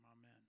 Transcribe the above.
Amen